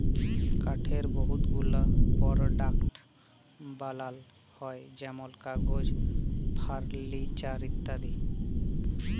কাঠের বহুত গুলা পরডাক্টস বালাল হ্যয় যেমল কাগজ, ফারলিচার ইত্যাদি